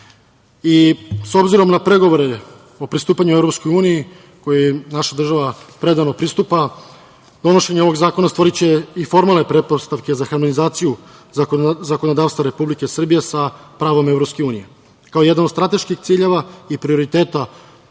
obzirom na pregovore o pristupanju EU, kojima naša država predano pristupa donošenje ovog zakona, stvoriće i formalne pretpostavke za hanuizaciju zakonodavstva Republike Srbije, sa pravom EU. Kao jedan od strateških ciljeva i prioriteta,